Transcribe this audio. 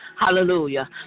hallelujah